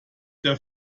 der